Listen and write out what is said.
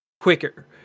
quicker